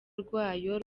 rwayo